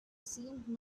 seemed